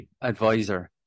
advisor